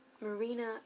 Marina